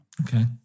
Okay